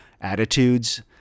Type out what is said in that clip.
attitudes